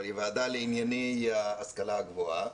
אבל היא ועדה לענייני ההשכלה הגבוהה.